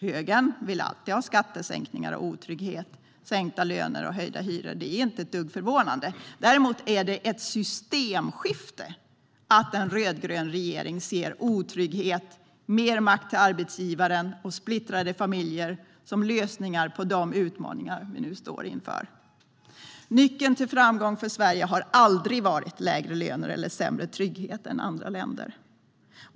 Högern vill alltid ha skattesänkningar och otrygghet, sänkta löner och höjda hyror. Det är inte ett dugg förvånande. Däremot är det ett systemskifte när en rödgrön regering ser otrygghet, mer makt till arbetsgivaren och splittrade familjer som lösningar på de utmaningar vi nu står inför. Nyckeln till framgång för Sverige har aldrig varit lägre löner eller sämre trygghet än i andra länder.